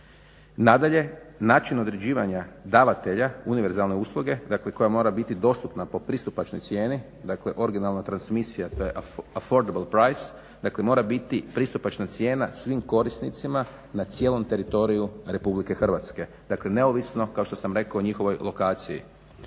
Na dalje način određivanja davatelja univerzalne usluge koja mora biti dostupna po pristupačnoj cijeni, dakle originalna transmisija to je …/Govornik se ne razumije./… dakle mora biti pristupačna cijena svim korisnicima na cijelom teritoriju RH dakle neovisno kao što sam rekao o njihovoj lokaciji.